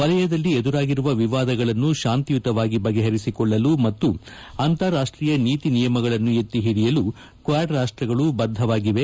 ವೆಲಯದಲ್ಲಿ ಎದುರಾಗಿರುವ ವಿವಾದಗಳನ್ನು ಶಾಂತಿಯುತವಾಗಿ ಬಗೆಹರಿಸಿಕೊಳ್ಳಲು ಮತ್ತು ಅಂತಾರಾಷ್ಟೀಯ ನೀತಿ ನಿಯಮಗಳನ್ನು ಎತ್ತಿ ಹಿಡಿಯಲು ಕ್ವಾಡ್ ರಾಷ್ಟಗಳು ಬದ್ಧವಾಗಿವೆ